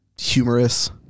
humorous